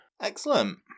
Excellent